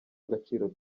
agaciro